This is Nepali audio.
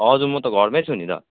हजुर म त घरमै छु नि दा